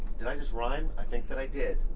did i just rhyme? i think that i did.